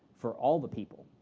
for all the people,